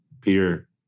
Peter